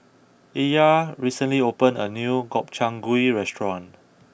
Illya recently opened a new Gobchang Gui restaurant